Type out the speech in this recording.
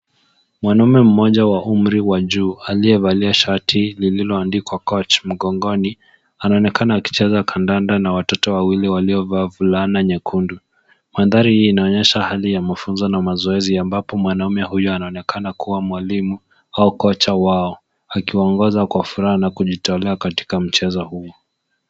Mwanamume mmoja wa umri wa juu aliyevalia shati lililoandikwa coach mgongoni, anaonekana akicheza kandanda na watoto wawili waliovaa fulana nyekundu. Mandhari hii inaonyesha hali ya mafunzo na mazoezi ambapo mwanamume huyo anaonekana kuwa mwalimu au cocha wao, akiwaongoza kwa furaha na kujitolea katika mchezo huo.